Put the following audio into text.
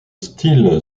style